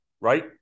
right